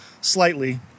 slightly